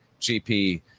GP